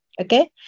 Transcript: Okay